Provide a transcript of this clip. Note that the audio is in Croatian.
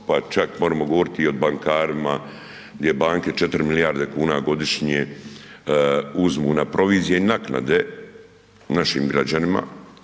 pa čak moremo govoriti i o bankarima, gdje banke 4 milijarde kuna godišnje uzmu na provizije i naknade našim građanima,